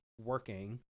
working